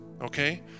okay